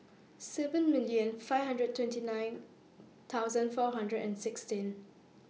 seven million five hundred twenty nine thousand four hundred and sixteen